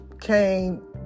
came